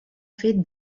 fet